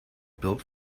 built